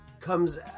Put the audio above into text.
comes